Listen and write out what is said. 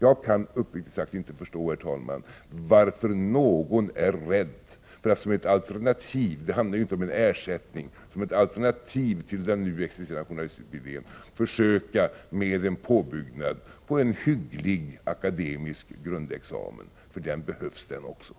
Jag kan uppriktigt sagt inte förstå varför någon är rädd för att som ett alternativ — det handlar ju inte om en ersättning — till den nu existerande journalistutbildningen försöka med en påbyggnad på en hygglig akademisk grundexamen. Också ett sådant alternativ behövs.